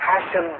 passion